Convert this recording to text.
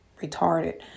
retarded